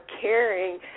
caring